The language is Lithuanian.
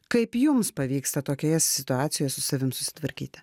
kaip jums pavyksta tokioje situacijoj su savim susitvarkyti